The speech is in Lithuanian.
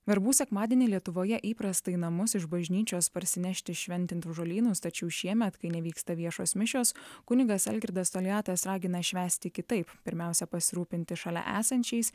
verbų sekmadienį lietuvoje įprasta į namus iš bažnyčios parsinešti šventintus žolynus tačiau šiemet kai nevyksta viešos mišios kunigas algirdas toliatas ragina švęsti kitaip pirmiausia pasirūpinti šalia esančiais